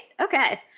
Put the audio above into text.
okay